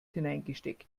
hineingesteckt